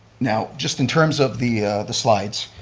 now just in terms of the the slides,